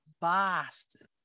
boston